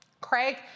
Craig